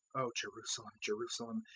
o jerusalem, jerusalem!